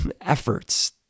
efforts